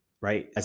right